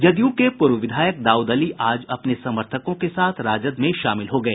जदयू के पूर्व विधायक दाऊद अली आज अपने समर्थकों के साथ राजद में शामिल हो गए